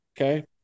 Okay